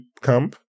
camp